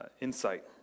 insight